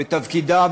ותפקידה,